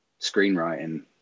screenwriting